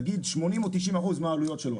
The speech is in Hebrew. נגיד ש-80 או 90 מהעלויות שלו .